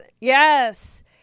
yes